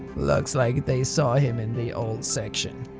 looks like they saw him in the old section.